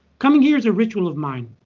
coming here is a ritual of mine.